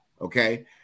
okay